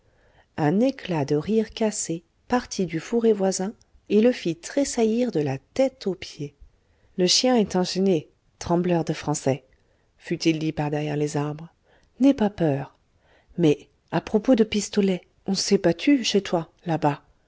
un éclat de rire cassé partit du fourré voisin et le fit tressaillir de la tête aux pieds le chien est enchaîné trembleur de français fut-il dit par derrière les arbres n'aie pas peur mais à propos de pistolet on s'est battu chez toi là-bas